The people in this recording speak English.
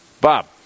Bob